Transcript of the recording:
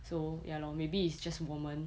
so ya lor maybe it's just 我们